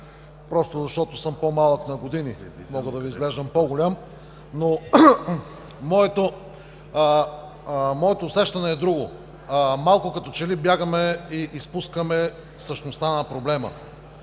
просто защото съм по-малък на години, мога да Ви изглеждам по-голям. Моето усещане е друго – като че ли изпускаме същността на проблема.